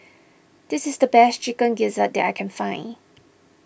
this is the best Chicken Gizzard that I can find